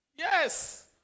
Yes